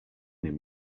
him